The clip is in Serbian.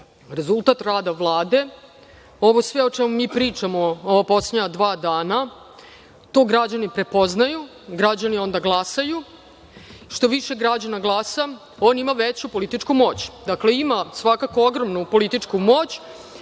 rezultat rada Vlade. Ovo sve o čemu mi pričamo ova poslednja dva dana, to građani prepoznaju, građani onda glasaju. Što više građana glasa on ima veću političku moć. Dakle, ima svakako ogromno političku moć